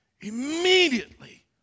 Immediately